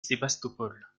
sébastopol